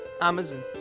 Amazon